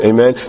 Amen